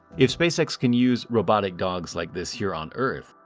if spacex can use robotic dogs like this here on earth,